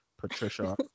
Patricia